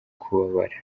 kubabara